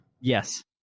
Yes